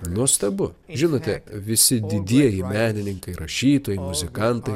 nuostabu žinote visi didieji menininkai rašytojai muzikantai